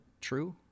true